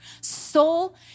soul